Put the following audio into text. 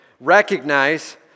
recognize